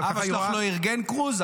אבא שלך לא ארגן קרוז,